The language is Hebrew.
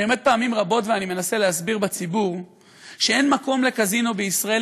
אני עומד פעמים רבות ומנסה להסביר בציבור שאין מקום לקזינו בישראל,